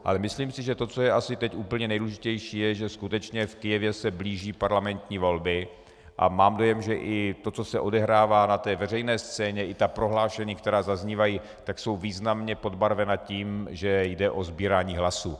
Ale myslím, že to, co je asi teď úplně nejdůležitější, je, že skutečně v Kyjevě se blíží parlamentní volby, a mám dojem, že i to, co se odehrává na veřejné scéně, i prohlášení, která zaznívají, jsou významně podbarvena tím, že jde o sbírání hlasů.